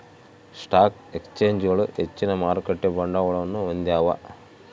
stock ಎಕ್ಸ್ಚೇಂಜ್ಗಳು ಹೆಚ್ಚಿನ ಮಾರುಕಟ್ಟೆ ಬಂಡವಾಳವನ್ನು ಹೊಂದ್ಯಾವ